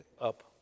up